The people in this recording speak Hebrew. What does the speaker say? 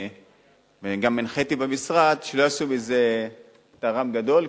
וגם הנחיתי במשרד שלא יעשו מזה טררם גדול,